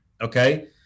Okay